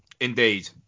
Indeed